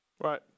Right